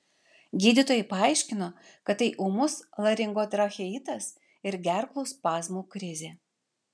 gydytojai paaiškino kad tai ūmus laringotracheitas ir gerklų spazmų krizė